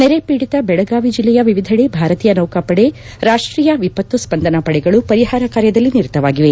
ನೆರೆಪೀಡಿತ ಬೆಳಗಾವಿ ಜಲ್ಲೆಯ ವಿವಿಧೆಡೆ ಭಾರತೀಯ ಸೌಕಾಪಡೆ ರಾಷ್ಷೀಯ ವಿಪತ್ತು ಸ್ಪಂದನಾ ಪಡೆಗಳು ಪರಿಹಾರ ಕಾರ್ಯದಲ್ಲಿ ನಿರತವಾಗಿವೆ